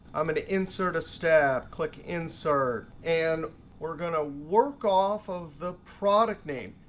i'm going to insert a step, click insert, and we're going to work off of the product name.